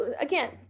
again